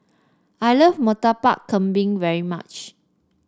I love Murtabak Kambing very much